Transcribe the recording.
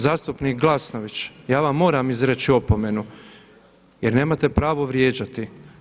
Zastupnik Glasnović, ja vam moram izreći opomenu jer nemate pravo vrijeđati.